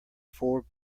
four